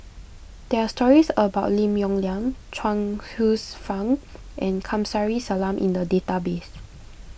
there are stories about Lim Yong Liang Chuang Hsueh Fang and Kamsari Salam in the database